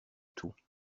tout